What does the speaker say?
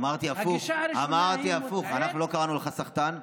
הגישה הראשונה היא מוטעית,